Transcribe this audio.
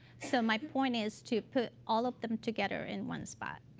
so my point is to put all of them together in one spot.